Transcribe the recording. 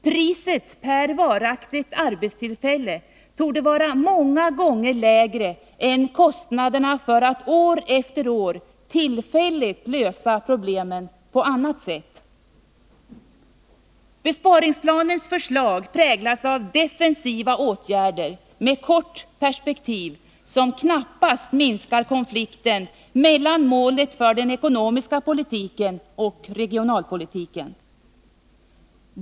Priset per varaktigt arbetstillfälle torde vara många gånger lägre än kostnaderna för att år efter år tillfälligt lösa problemen på annat sätt. Besparingsplanens förslag präglas av defensiva åtgärder med kort perspektiv, som knappast minskar konflikten mellan målet för den ekonomiska politiken och regionalpolitiken.